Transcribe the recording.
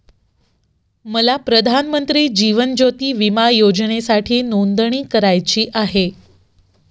मला प्रधानमंत्री जीवन ज्योती विमा योजनेसाठी नोंदणी करायची आहे